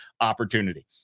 opportunity